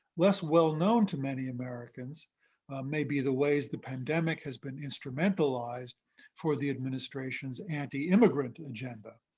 less well known to many americans may be the ways the pandemic has been instrumentalized for the administration's anti-immigrant agenda.